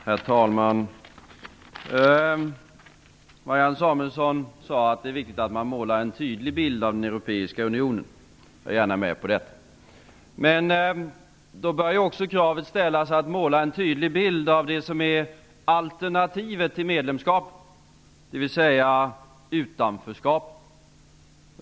Herr talman! Marianne Samulesson sade att det är viktigt att man målar en tydlig bild av den europeiska unionen. Jag är gärna med på det. Men då bör också kravet ställas att måla en tydlig bild av det som är alternativet till medlemskapet, dvs. utanförskapet.